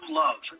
love